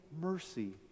mercy